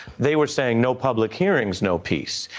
they were saying no public hearings no peace.